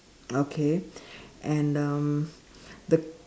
okay and um the